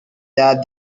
that